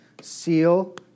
seal